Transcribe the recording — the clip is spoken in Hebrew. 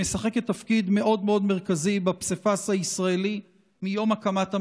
שמשחקת תפקיד מרכזי מאוד בפסיפס הישראלי מיום הקמת המדינה.